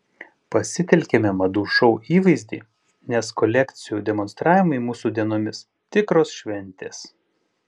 pasitelkėme madų šou įvaizdį nes kolekcijų demonstravimai mūsų dienomis tikros šventės